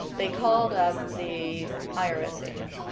they called up the irs agent,